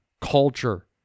culture